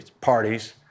parties